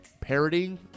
parodying